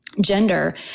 gender